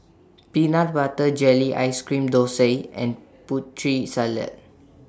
Peanut Butter Jelly Ice Cream Thosai and Putri Salad